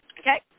okay